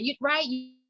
right